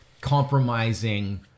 compromising